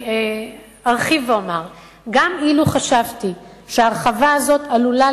ארחיב ואומר שגם אילו חשבתי שההרחבה הזאת עלולה